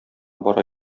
бара